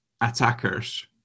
attackers